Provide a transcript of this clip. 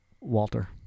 Walter